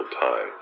time